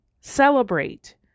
celebrate